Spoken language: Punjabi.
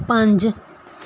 ਪੰਜ